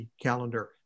calendar